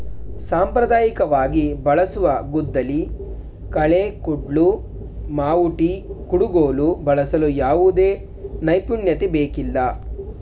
ಸಾಂಪ್ರದಾಯಿಕವಾಗಿ ಬಳಸುವ ಗುದ್ದಲಿ, ಕಳೆ ಕುಡ್ಲು, ಮಾವುಟಿ, ಕುಡುಗೋಲು ಬಳಸಲು ಯಾವುದೇ ನೈಪುಣ್ಯತೆ ಬೇಕಿಲ್ಲ